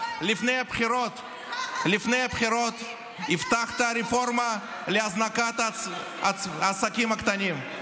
לפני הבחירות הבטחת רפורמה להזנקת העסקים הקטנים.